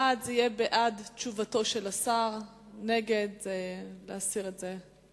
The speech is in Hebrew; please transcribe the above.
בעד, זה בעד תשובתו של השר, ונגד, זה להסיר את זה.